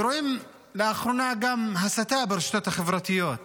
ורואים לאחרונה גם הסתה ברשתות החברתיות.